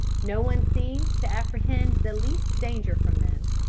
no one seemed to apprehend the least danger from them,